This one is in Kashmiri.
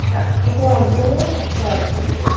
نہ ژٕ مان میون ژٕ پرٛار زٕے رٮ۪تھ